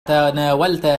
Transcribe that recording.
تناولت